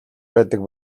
байдаг